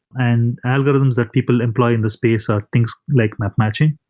and algorithms that people employ in the space are things like map matching.